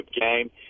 game